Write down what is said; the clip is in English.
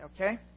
okay